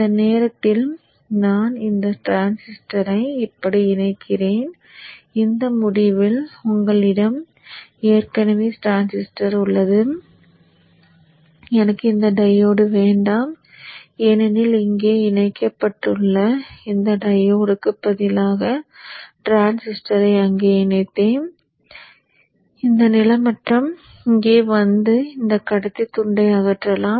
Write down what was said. இந்த நேரத்தில் நான் இந்த டிரான்சிஸ்டரை இப்படி இணைக்கிறேன் இந்த முடிவில் உங்களிடம் ஏற்கனவே டிரான்சிஸ்டர் உள்ளது எனக்கு இந்த டையோடு வேண்டாம் ஏனெனில் இங்கே இணைக்கப்பட்டுள்ள இந்த டையோடுக்கு பதிலாக டிரான்சிஸ்டரை அங்கு இணைத்தேன் இந்த நிலமட்டம் இங்கே வந்து இந்த கடத்தி துண்டை அகற்றலாம்